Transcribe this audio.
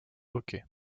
hockey